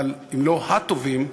אבל אם לא הטובים,